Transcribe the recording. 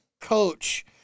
coach